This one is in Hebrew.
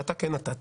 שאתה כן נתת,